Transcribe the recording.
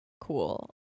cool